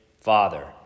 Father